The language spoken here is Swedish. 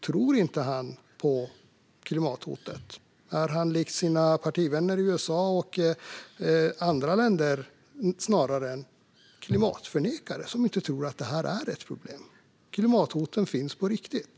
Tror han inte på klimathotet? Är han likt sina partivänner i USA och i andra länder snarare en klimatförnekare som inte tror att detta är ett problem? Klimathoten finns på riktigt.